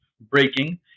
breaking